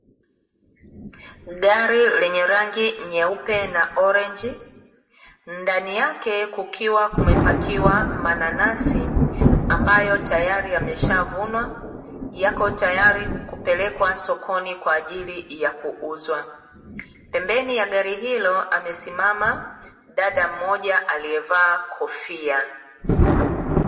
Gari lenye rangi nyeupe na chungwa ndani yake kukliwa kumepakiwa mananasi ambayo yameshavunwa yako tayari kupelekwa sokini kwa ajili ya kuuzwa, pembeni ya gari hilo amesimama dada mmoja aliyevaa kofia.